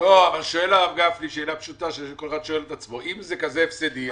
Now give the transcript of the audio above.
אבל שואל הרב גפני שאלה פשוטה שכל אחד שואל את עצמו: אם זה כזה הפסדי,